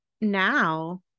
now